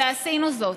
ועשינו זאת.